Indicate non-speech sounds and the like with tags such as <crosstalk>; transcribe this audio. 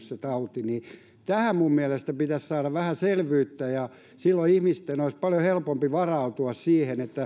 <unintelligible> se tauti ei ole puhjennut tähän minun mielestäni pitäisi saada vähän selvyyttä silloin ihmisten olisi paljon helpompi varautua siihen